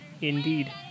Indeed